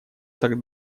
так